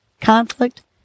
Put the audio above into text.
conflict